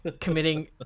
committing